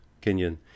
Kenyon